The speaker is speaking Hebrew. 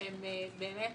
הם באמת